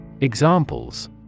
Examples